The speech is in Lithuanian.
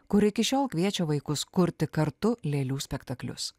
kur iki šiol kviečia vaikus kurti kartu lėlių spektaklius